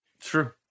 True